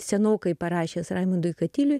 senokai parašęs raimundui katiliui